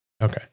Okay